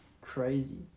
crazy